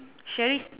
Sherry